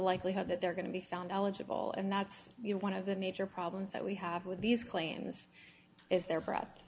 likelihood that they're going to be found eligible and that's one of the major problems that we have with these claims is their breat